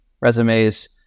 resumes